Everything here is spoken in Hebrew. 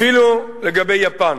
אפילו לגבי יפן